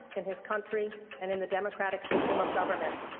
in his country, and in the democratic system of government.